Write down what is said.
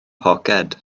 poced